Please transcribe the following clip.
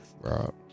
Rob